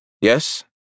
Yes